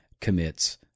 commits